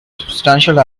substantial